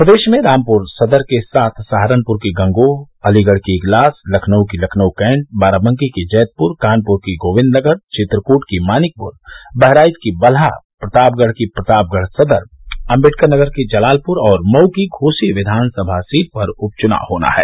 प्रदेश में रामपुर सदर के साथ सहारनपुर की गंगोह अलीगढ़ की इगलास लखनऊ की लखनऊ कैन्ट बाराबंकी की जैदपुर कानपुर की गोविन्द नगर चित्रकूट की मानिकपुर बहराइच की बलहा प्रतापगढ़ की प्रतापगढ़ सदर अम्बेडकरनगर की जलालपुर और मर्ऊ की घोर्सी विधानसभा सीट पर उप चुनाव होना है